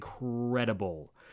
incredible